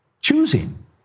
choosing